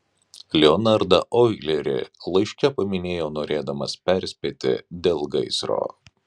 leonardą oilerį laiške paminėjo norėdamas perspėti dėl gaisro